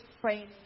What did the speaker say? training